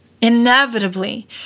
inevitably